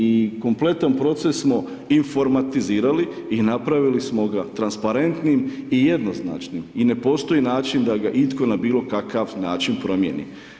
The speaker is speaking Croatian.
I kompletan proces smo informatizirali i napravili smo ga transparentnim i jednoznačnim i ne postoji način da ga itko na bilokakav način promijeni.